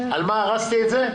על מה הרסתי את זה?